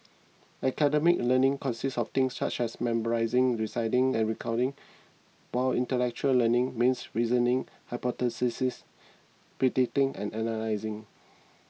academic learning consists of things such as memorising reciting and recounting while intellectual learning means reasoning hypothesising predicting and analysing